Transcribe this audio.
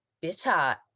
bitter